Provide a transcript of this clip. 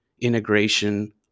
integration